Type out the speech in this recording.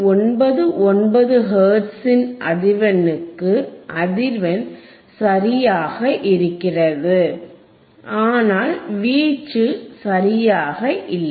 99 ஹெர்ட்ஸின் அதிர்வெண்ணிற்கு அதிர்வெண் சரியாக இருக்கிறது ஆனால் வீச்சு சரியாக இல்லை